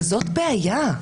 וזאת בעיה.